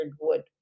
wood